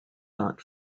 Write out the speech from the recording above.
not